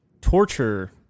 torture